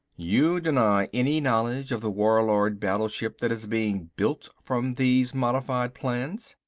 you deny any knowledge of the warlord battleship that is being built from these modified plans.